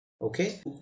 okay